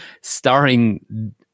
starring